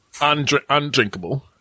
undrinkable